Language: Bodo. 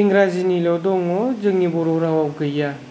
इंराजिनिल' दङ जोंनि बर' रावाव गैया